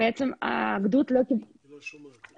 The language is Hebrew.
איך לשמוע ולדאוג לדברים שאין להם פתרונות.